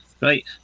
right